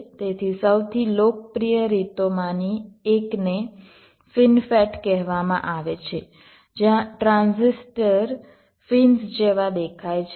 તેથી સૌથી લોકપ્રિય રીતોમાંની એકને ફીનફેટ કહેવામાં આવે છે જ્યાં ટ્રાન્ઝિસ્ટર ફિન્સ જેવા દેખાય છે